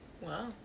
Wow